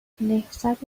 نهضت